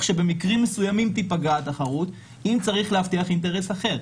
שבמקרים מסוימים התחרות תיפגע אם צריך להבטיח אינטרס אחר.